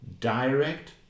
direct